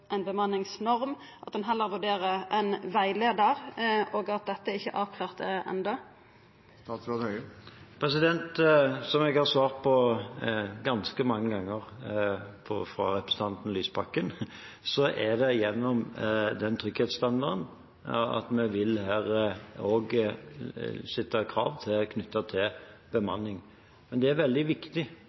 bemanningsnorm, at ein heller vurderer ein rettleiar, og at dette ikkje er avklart enno? Som jeg har svart representanten Lysbakken ganske mange ganger, vil vi gjennom trygghetsstandarden også stille krav til bemanning. Men det er veldig viktig at